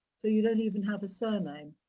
so, you don't even have a surname.